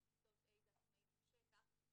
בכיתות ה' זה עצמאי בשטח.